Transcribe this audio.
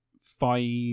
five